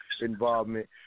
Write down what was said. involvement